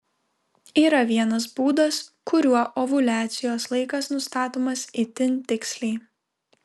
yra vienas būdas kuriuo ovuliacijos laikas nustatomas itin tiksliai